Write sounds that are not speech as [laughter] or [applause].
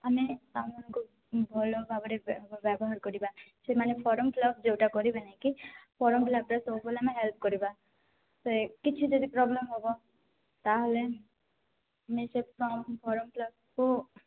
ଆମେ ସେମାନଙ୍କୁ ଭଲ ଭାବରେ ବ୍ୟବହାର କରିବା ସେମାନେ ଫର୍ମ ଫିଲ୍ଅପ୍ ଯେଉଁଟା କରିବେ ନେଇକି ଫର୍ମ ଫିଲ୍ଅପ୍ରେ ସବୁବେଲେ ଆମେ ହେଲ୍ପ କରିବା ସେ କିଛି ଯଦି ପ୍ରୋବ୍ଲମ୍ ହେବ ତାହାହେଲେ [unintelligible] ଫର୍ମ ଫିଲ୍ଅପ୍କୁ